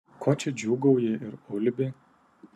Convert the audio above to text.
ko čia džiūgauji ir ulbi